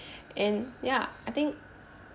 and ya I think